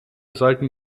sollten